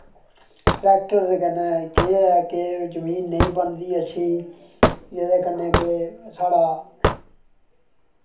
tractor दे कन्नै केह् ऐ कि जमीन नेईं बनदी अच्छी जेह्दे कन्नै केह् कि साढ़ा